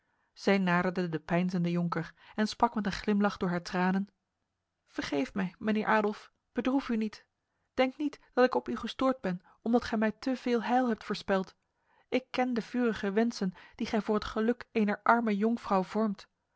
zij naderde de peinzende jonker en sprak met een glimlach door haar tranen vergeef mij mijnheer adolf bedroef u niet denk niet dat ik op u gestoord ben omdat gij mij te veel heil hebt voorspeld ik ken de vurige wensen die gij voor het geluk ener arme jonkvrouw vormt